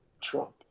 Trump